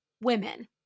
women